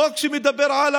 חוק שמדבר על